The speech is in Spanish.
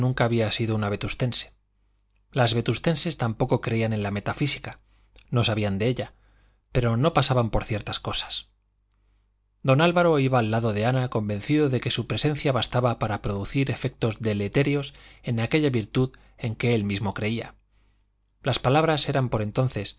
nunca había sido una vetustense las vetustenses tampoco creían en la metafísica no sabían de ella pero no pasaban por ciertas cosas don álvaro iba al lado de ana convencido de que su presencia bastaba para producir efectos deletéreos en aquella virtud en que él mismo creía las palabras eran por entonces